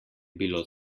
bilo